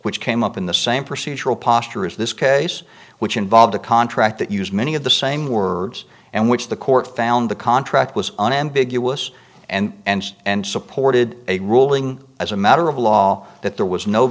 which came up in the same procedural posture is this case which involved a contract that used many of the same words and which the court found the contract was unambiguous and and supported a ruling as a matter of law that there was no